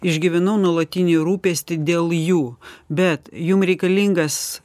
išgyvenu nuolatinį rūpestį dėl jų bet jum reikalingas